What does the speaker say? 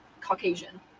Caucasian